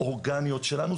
אורגניות שלנו.